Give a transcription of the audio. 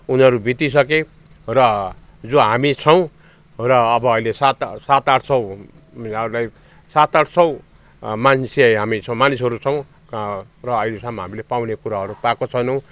उनीहरू बितिसके र जो हामी छौँ र अब अहिले सात सात आठ सय सात आठ सय मान्छे हामी छौँ मानिसहरू छौँ र अहिलेसम्म हामीले पाउने कुराहरू पाएको छैनौँ